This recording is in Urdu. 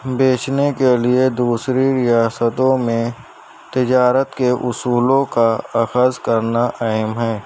بیچنے کے لیے دوسری ریاستوں میں تجارت کے اصولوں کا اخذ کرنا اہم ہے